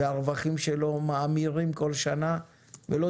והרווחים שלו מאמירים כל שנה ולא